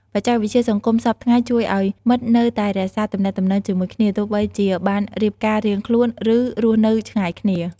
បច្ចេកវិទ្យាសង្គមសព្វថ្ងៃជួយឲ្យមិត្តនៅតែរក្សាទំនាក់ទំនងជាមួយគ្នា ទោះបីជាបានរៀបការរៀងខ្លួន ឬ រស់នៅឆ្ងាយគ្នា។